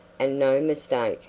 and no mistake.